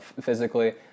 physically